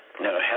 No